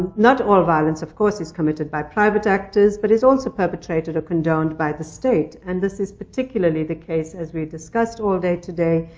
not all violence, of course, is committed by private actors, but is also perpetrated or condoned by the state. and this is particularly the case, as we discussed all day today,